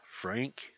Frank